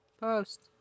Post